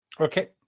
Okay